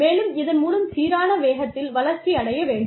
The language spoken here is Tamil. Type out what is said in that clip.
மேலும் இதன் மூலம் சீரான வேகத்தில் வளர்ச்சி அடைய வேண்டும்